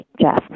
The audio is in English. Jeff